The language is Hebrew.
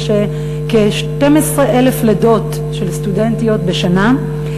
יש כ-12,000 לידות של סטודנטיות בשנה,